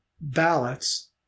ballots